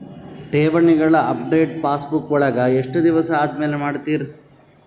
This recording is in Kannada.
ಠೇವಣಿಗಳ ಅಪಡೆಟ ಪಾಸ್ಬುಕ್ ವಳಗ ಎಷ್ಟ ದಿವಸ ಆದಮೇಲೆ ಮಾಡ್ತಿರ್?